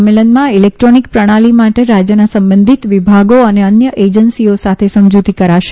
સંમેલનમાં ઈલેક્ટ્રોનિક પ્રણાલિ માટે રાજ્યના સંબંધિત વિભાગો અને અન્ય એજન્સીઓ સાથે સમજૂતી કરાશે